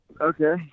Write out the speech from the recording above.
Okay